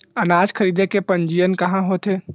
अनाज खरीदे के पंजीयन कहां होथे?